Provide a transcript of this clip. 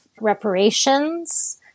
reparations